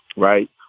right.